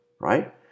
right